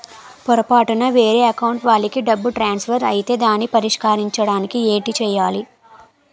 పొరపాటున వేరే అకౌంట్ వాలికి డబ్బు ట్రాన్సఫర్ ఐతే దానిని పరిష్కరించడానికి ఏంటి చేయాలి?